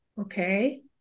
Okay